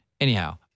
Anyhow